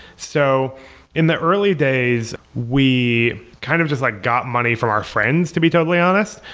so in the early days, we kind of just like got money from our friends, to be totally honest.